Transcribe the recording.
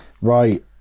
right